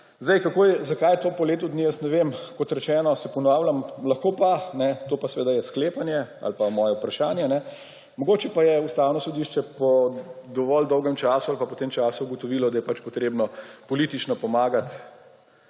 Zakaj je to po letu dni, jaz ne vem. Kot rečeno, se ponavljam, lahko pa, to pa seveda je sklepanje ali pa moje vprašanje, mogoče pa je Ustavno sodišče po dovolj dolgem času ali pa po tem času ugotovilo, da je pač potrebno politično pomagati